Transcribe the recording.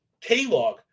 K-Log